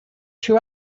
two